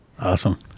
Awesome